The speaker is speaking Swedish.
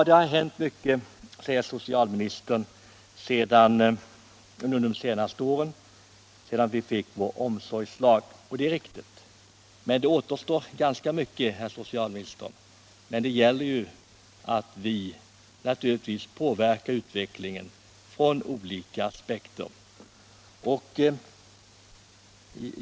Det har hänt mycket, säger socialministern, under de senaste åren, sedan vi fick vår omsorgslag. Det är riktigt, men det återstår ganska mycket, herr socialminister. Det gäller naturligtvis för oss att påverka utvecklingen ur olika aspekter.